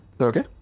Okay